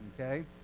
Okay